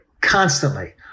Constantly